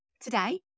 Today